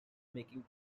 making